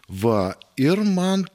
va ir man